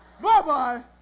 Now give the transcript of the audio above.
Bye-bye